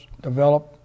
develop